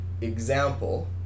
example